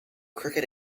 cricket